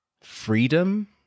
freedom